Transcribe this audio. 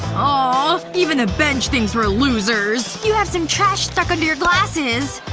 ah awww. even the bench thinks we're losers you have some trash stuck under your glasses